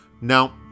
Now